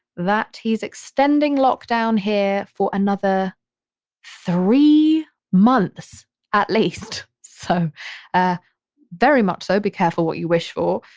that he's extending lockdown here for another three months at least. so ah very much so be careful what you wish for,